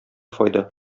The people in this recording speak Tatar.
файда